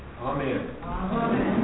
Amen